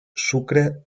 sucre